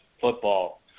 football